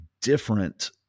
different